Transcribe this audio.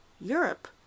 Europe